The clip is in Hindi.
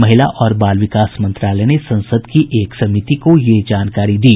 महिला और बाल विकास मंत्रालय ने संसद की एक समिति को यह जानकारी दी